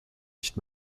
nicht